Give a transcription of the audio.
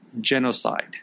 genocide